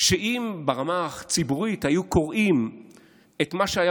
שאם ברמה הציבורית היו קוראים את מה שהיה